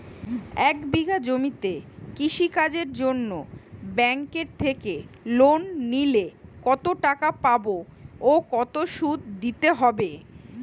এক বিঘে জমিতে কৃষি কাজের জন্য ব্যাঙ্কের থেকে লোন নিলে কত টাকা পাবো ও কত শুধু দিতে হবে?